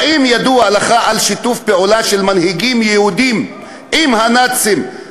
האם ידוע לך על שיתוף פעולה של מנהיגים יהודים עם הנאצים?